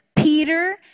Peter